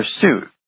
pursuit